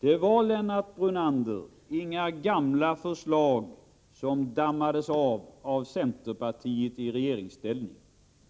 Det var, Lennart Brunander, inga gamla förslag som dammades av av centerpartiet i regeringsställning.